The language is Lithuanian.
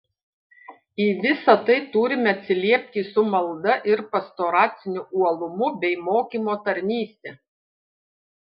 į visa tai turime atsiliepti su malda ir pastoraciniu uolumu bei mokymo tarnyste